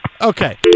okay